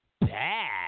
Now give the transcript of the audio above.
bad